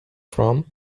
from